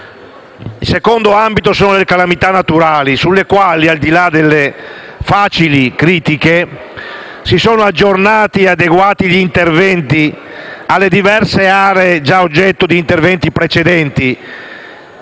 Il secondo ambito riguarda le calamità naturali, sulle quali, al di là delle facili critiche, si sono aggiornati e adeguati gli interventi per le diverse aree già oggetto di interventi precedenti.